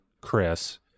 Chris